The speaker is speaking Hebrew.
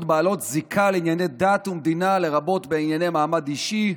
בעלות זיקה לענייני דת ומדינה (לרבות בענייני מעמד אישי,